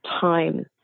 time